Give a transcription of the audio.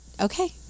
okay